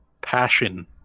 passion